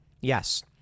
Yes